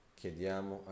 chiediamo